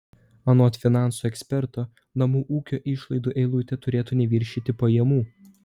anot finansų eksperto namų ūkio išlaidų eilutė turėtų neviršyti pajamų